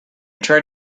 tried